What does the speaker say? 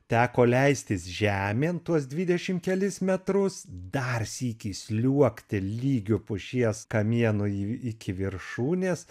teko leistis žemėn tuos dvidešim kelis metrus dar sykį sliuogti lygiu pušies kamienu i iki viršūnės